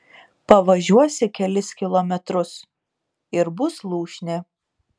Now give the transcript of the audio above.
pavažiuosi kelis kilometrus ir bus lūšnė